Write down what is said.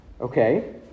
Okay